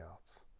else